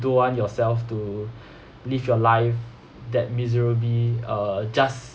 don't want yourself to live your life that miserably uh just